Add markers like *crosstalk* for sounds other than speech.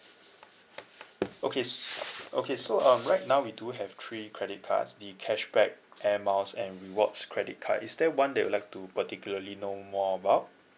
*noise* okay s~ *noise* okay so um right now we do have three credit cards the cashback air miles and rewards credit card is there one that you'd like to particularly know more about